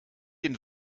den